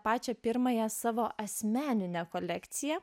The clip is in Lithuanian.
pačią pirmąją savo asmeninę kolekciją